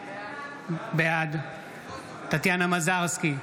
בעד טטיאנה מזרסקי,